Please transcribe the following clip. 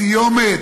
הסיומת,